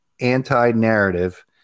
anti-narrative